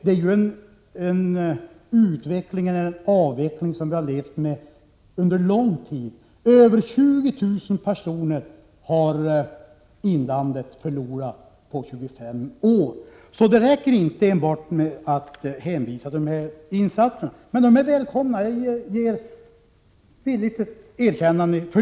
Detta är en avveckling som vi har levt med under lång tid. Inlandet har förlorat över 20 000 personer på 25 år. Det räcker då inte att enbart hänvisa till dessa insatser. Men de är välkomna — därvidlag ger jag villigt ett erkännande.